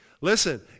Listen